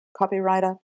copywriter